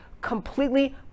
completely